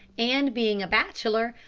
and, being a bachelor,